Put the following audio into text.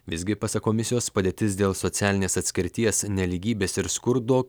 visgi pasak komisijos padėtis dėl socialinės atskirties nelygybės ir skurdo